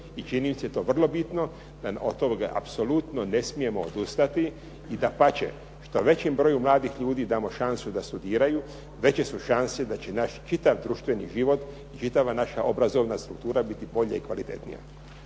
je da je to vrlo bitno. Od toga apsolutno ne smijemo odustati i dapače, što većem broju mladih ljudi damo šansu da studiraju, veće su šanse da će naš čitav društveni život i čitava naša obrazovna struktura biti bolja i kvalitetnija.